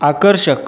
आकर्षक